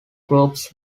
groups